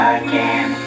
again